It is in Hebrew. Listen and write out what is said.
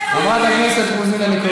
זה לא הוגן להגיד לנו.